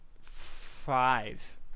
Five